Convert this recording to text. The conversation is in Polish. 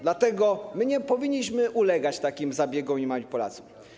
Dlatego nie powinniśmy ulegać takim zabiegom i manipulacjom.